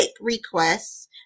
requests